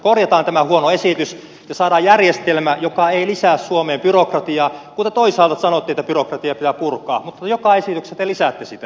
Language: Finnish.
korjataan tämä huono esitys ja saadaan järjestelmä joka ei lisää suomeen byrokratiaa kun te toisaalta sanotte että byrokratia pitää purkaa mutta joka esityksessä te lisäätte sitä